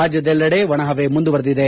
ರಾಜ್ವದೆಲ್ಲೆಡೆ ಒಣಹವೆ ಮುಂದುವರಿದಿದೆ